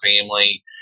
family